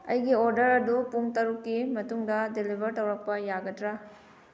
ꯑꯩꯒꯤ ꯑꯣꯗꯔ ꯑꯗꯨ ꯄꯨꯡ ꯇꯔꯨꯛꯀꯤ ꯃꯇꯨꯡꯗ ꯗꯤꯂꯤꯕꯔ ꯇꯧꯔꯛꯄ ꯌꯥꯒꯗ꯭ꯔ